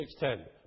6.10